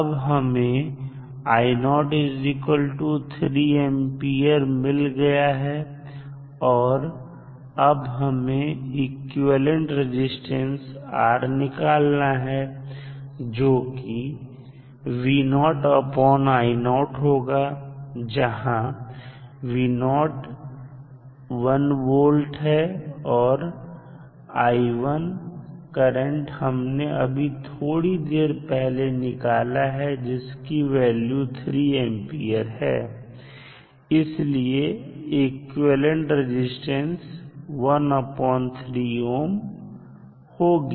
अब हमें 3A मिल गया है और अब हमें इक्विवेलेंट रेजिस्टेंस R निकालना है जोकि होगा जहां 1 वोल्ट है और करंट हमने अभी थोड़ी देर पहले निकाला है जिसकी वैल्यू 3A है इसलिए इक्विवेलेंट रेजिस्टेंस ⅓ ohm होगी